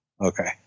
Okay